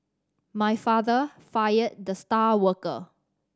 my father fired the star worker